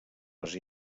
les